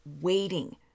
waiting